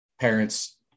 parents